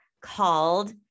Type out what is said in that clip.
called